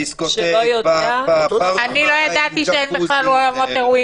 אני לא ידעתי בכלל שיש אולמות אירועים.